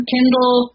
Kindle